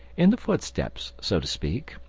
in the footsteps, so to speak,